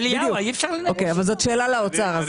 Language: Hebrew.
זאת שאלה לאוצר.